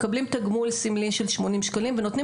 מקבלים תגמול סמלי של 80 שקלים ונותנים